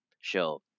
Show